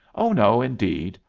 oh, no, indeed,